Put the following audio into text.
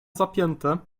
zapięte